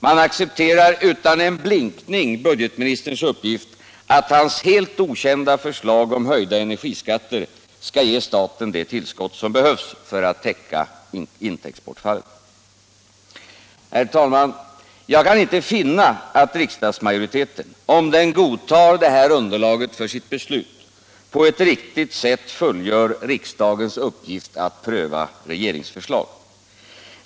Man accepterar utan en blinkning budgetministerns uppgift att hans helt okända förslag om höjda energiskatter skall ge staten det tillskott som behövs för att täcka intäktsbortfallet. Herr talman! Jag kan inte finna att riksdagsmajoriteten, om den godtar det här underlaget för sitt beslut, på ett riktigt sätt fullgör riksdagens uppgift att pröva regeringsförslag.